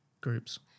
groups